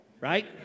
right